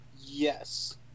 Yes